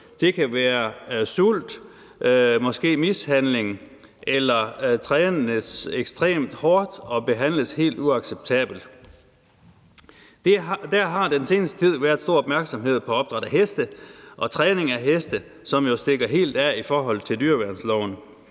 Det kan være sult eller mishandling, eller at de trænes ekstremt hårdt og behandles helt uacceptabelt. Der har den seneste tid været stor opmærksomhed på opdræt af heste og træning af heste på en måde, som jo stikker helt af i forhold til dyreværnsloven.